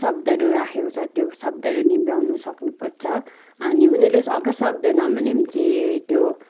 शब्दहरू राखेको छ त्यो शब्दहरू निभाउनु सक्नुपर्छ अनि उनीहरूले अगर सक्दैन भने भने चाहिँ त्यो